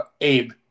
Abe